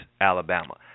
Alabama